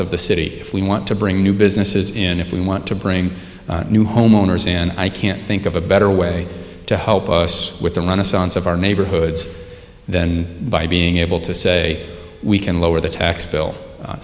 of the city if we want to bring new businesses in if we want to bring new homeowners in i can't think of a better way to help us with them on a sense of our neighborhoods then by being able to say we can lower the tax bill